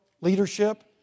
leadership